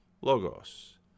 logos